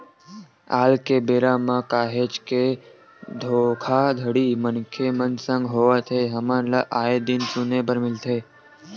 आल के बेरा म काहेच के धोखाघड़ी मनखे मन संग होवत हे हमन ल आय दिन सुने बर मिलथे